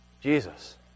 Jesus